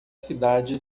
cidade